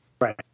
Right